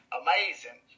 amazing